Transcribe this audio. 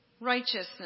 Righteousness